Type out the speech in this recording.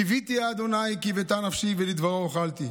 קִויתי ה' קִותה נפשי ולדברו הוחלתי.